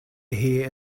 here